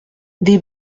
des